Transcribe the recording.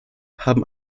haben